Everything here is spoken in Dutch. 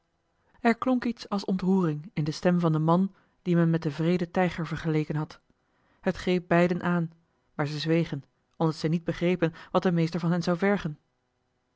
er klonk iets als ontroering in de stem van den man dien men met den wreeden tijger vergeleken had het greep beiden aan maar zij zwegen omdat zij niet begrepen wat de meester van hen zou vergen